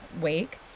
Wake